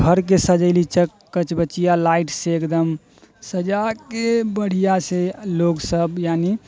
घरके सजेली कचबचिया लाइटसँ एकदम सजाके बढ़िआँसँ लोगसब यानि